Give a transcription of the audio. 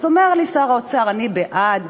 אומר לי שר האוצר: אני בעד,